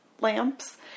lamps